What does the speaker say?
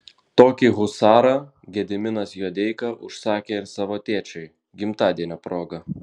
tokį husarą gediminas juodeika užsakė ir savo tėčiui gimtadienio proga